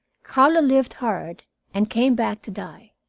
carlo lived hard and came back to die.